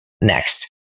next